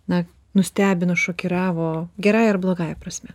na nustebino šokiravo gerąja ar blogąja prasme